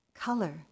color